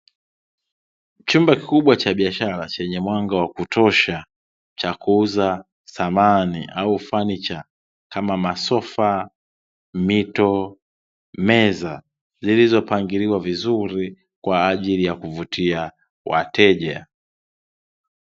Chumba kikubwa cha biashara chenye mwanga wa kutosha, cha kuuza samani au fanicha kama masofa, mito, meza, zilizopangiliwa vizuri kwa ajili ya kuvutia wateja.